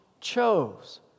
chose